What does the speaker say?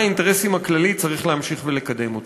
האינטרסים הכללי צריך להמשיך ולקדם אותה,